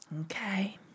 okay